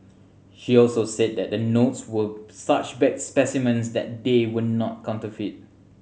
she also said that the notes were such bad specimens that they were not counterfeit